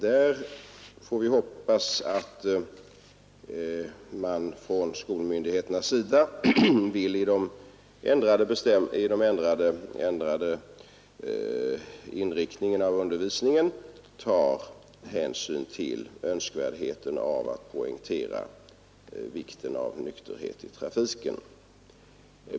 Där får vi alltså hoppas att skolmyndigheterna tar hänsyn till önskvärdheten av att poängtera vikten av nykterhet i trafiken.